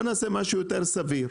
בואו נעשה משהו יותר סביר,